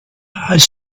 has